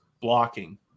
blocking